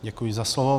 Děkuji za slovo.